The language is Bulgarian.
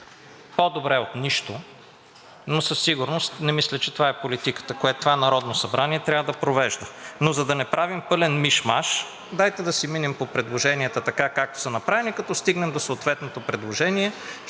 По-добре от нищо, но със сигурност не мисля, че това е политиката, която това Народно събрание трябва да провежда. Но за да не правим пълен миш-маш, дайте да минем по предложенията така, както са направени. Като стигнем до съответното предложение,